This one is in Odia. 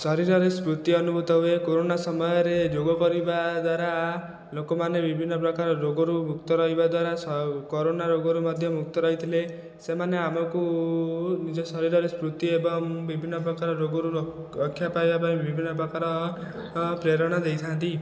ଶରୀରରେ ସ୍ଫୂର୍ତ୍ତି ଅନୁଭୁତ ହୁଏ କରୋନା ସମୟରେ ଯୋଗ କରିବା ଦ୍ଵାରା ଲୋକମାନେ ବିଭିନ୍ନ ପ୍ରକାର ରୋଗରୁ ମୁକ୍ତ ରହିବା ଦ୍ଵାରା କରୋନା ରୋଗରୁ ମଧ୍ୟ ମୁକ୍ତ ରହିଥିଲେ ସେମାନେ ଆମକୁ ନିଜ ଶରୀରରେ ସ୍ଫୂର୍ତ୍ତି ଏବଂ ବିଭିନ୍ନ ପ୍ରକାର ରୋଗରୁ ରକ୍ଷା ପାଇବା ପାଇଁ ବିଭିନ୍ନ ପ୍ରକାର ପ୍ରେରଣା ଦେଇଥାନ୍ତି